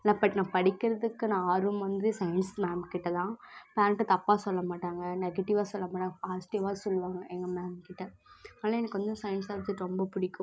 நல்லா படி நான் படிக்கிறதுக்கான ஆர்வம் வந்து சயின்ஸ் மேம்கிட்டதான் பேரன்கிட்ட தப்பாக சொல்லமாட்டாங்கள் நெகட்டிவாக சொல்லமாட்டாங்கள் பாசிட்டிவாக சொல்லுவாங்க எங்கள் மேம்கிட்ட அதனால எனக்கு வந்து சயின்ஸ் சப்ஜெக்ட் ரொம்ப பிடிக்கும்